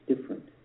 different